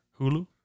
Hulu